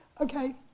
Okay